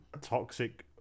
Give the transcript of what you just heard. toxic